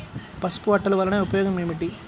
పసుపు అట్టలు వలన ఉపయోగం ఏమిటి?